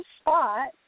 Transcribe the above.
spot